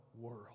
world